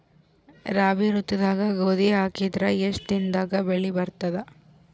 ರಾಬಿ ಋತುದಾಗ ಗೋಧಿ ಹಾಕಿದರ ಎಷ್ಟ ದಿನದಾಗ ಬೆಳಿ ಬರತದ?